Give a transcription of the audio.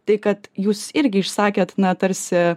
tai kad jūs irgi išsakėt na tarsi